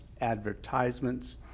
advertisements